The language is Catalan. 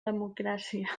democràcia